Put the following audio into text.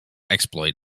exploit